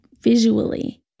visually